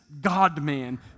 God-man